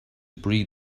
breed